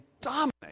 dominate